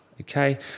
Okay